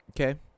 Okay